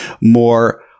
more